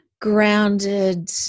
Grounded